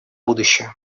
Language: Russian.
будущее